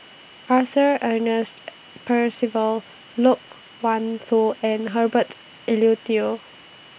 Arthur Ernest Percival Loke Wan Tho and Herbert Eleuterio